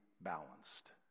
balanced